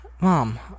mom